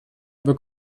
über